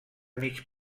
mig